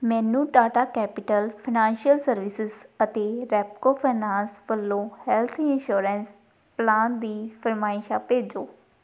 ਮੈਨੂੰ Tata capital financial services ਅਤੇ Repco finance ਵੱਲੋਂ ਹੈੱਲਥ ਇੰਸ਼ੋਰੈਂਸ ਪਲਾਨ ਦੀ ਫਰਮਾਇਸ਼ਾਂ ਭੇਜੋ